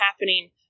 happening